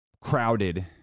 crowded